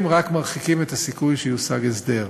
הם רק מרחיקים את הסיכוי שיושג הסדר.